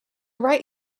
right